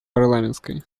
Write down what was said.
парламентской